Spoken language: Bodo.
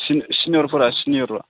सिनियरफोरा सिनियर